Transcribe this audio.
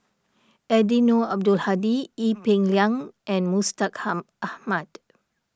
Eddino Abdul Hadi Ee Peng Liang and Mustaq ham Ahmad